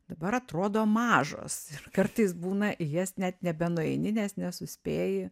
dabar atrodo mažos ir kartais būna į jas net nebenueini nes nesuspėji